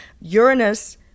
Uranus